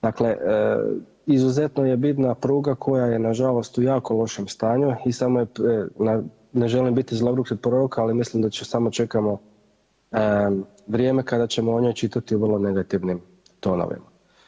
Dakle, izuzetno je bitna pruga koja je na žalost u jako lošem stanju i samo je, ne želim biti zloguki prorok ali mislim da će samo čekamo vrijeme kada ćemo o njoj čitati u vrlo negativnim tonovima.